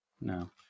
No